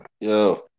Yo